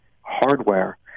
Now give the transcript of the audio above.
hardware